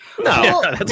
No